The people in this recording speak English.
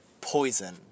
poison